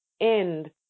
end